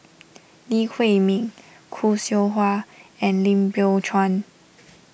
Lee Huei Min Khoo Seow Hwa and Lim Biow Chuan